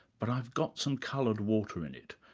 but i've got some coloured water in it.